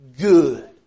good